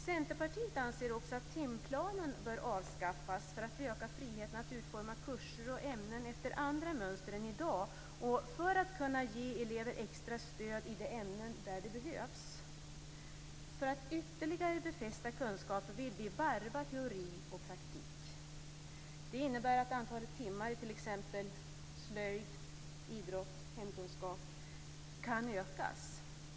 Centerpartiet anser också att timplanen bör avskaffas för att öka friheten att utforma kurser och ämnen efter andra mönster än i dag och för att kunna ge elever extra stöd i de ämnen där det behövs. För att ytterligare befästa kunskaper vill vi varva teori och praktik. Det innebär att antalet timmar i exempelvis slöjd, idrott och hemkunskap kan ökas.